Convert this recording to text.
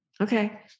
Okay